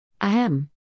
Ahem